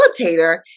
facilitator